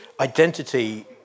Identity